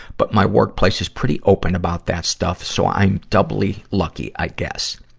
but my workplace is pretty open about that stuff, so i'm doubly lucky, i guess.